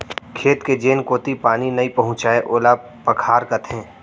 खेत के जेन कोती पानी नइ पहुँचय ओला पखार कथें